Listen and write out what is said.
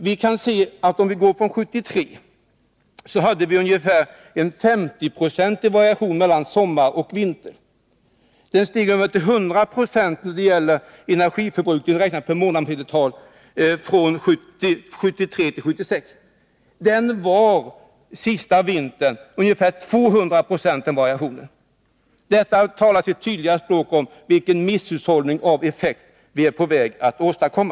År 1973 hade vi ungefär en 50-procentig variation mellan sommar och vinter då det gäller energiförbrukning. Den har stigit till 100 26, räknat per månad i medeltal, från 1973 till 1976. Senaste vintern var variationen ungefär 20096. Detta talar sitt tydliga språk om vilken misshushållning med energi vi är på väg att åstadkomma.